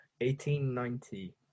1890